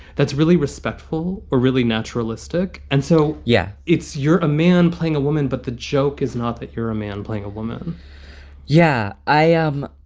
that's really respectful or really naturalistic. and so, yeah, it's you're a man playing a woman. but the joke is not that you're a man playing a woman yeah, i am.